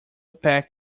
pack